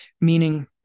Meaning